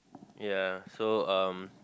ya so um